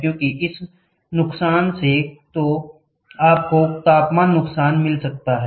क्योंकि इस नुकसान से आपको तापमान नुकसान मिल सकता है